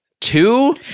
Two